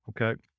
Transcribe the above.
Okay